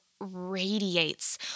radiates